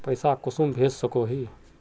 पैसा कुंसम भेज सकोही?